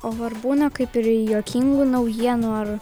o ar būna kaip ir juokingų naujienų ar